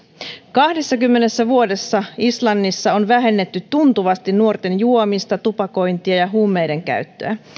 kahdessakymmenessä vuodessa islannissa on vähennetty tuntuvasti nuorten juomista tupakointia ja huumeiden käyttöä